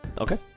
Okay